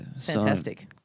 Fantastic